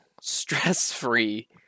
stress-free